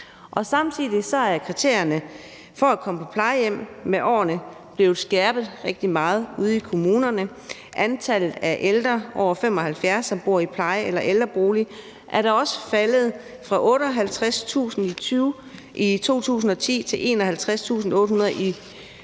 Samtidig er kriterierne for at komme på plejehjem med årene blevet skærpet rigtig meget ude i kommunerne. Antallet af ældre over 75 år, der bor i pleje- eller ældrebolig, er da også faldet fra 58.000 i 2010 til 51.800 i 2022.